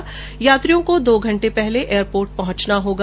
वेबयात्रियों को दो घंटे पहले एयरपोर्ट पहुंचना होगा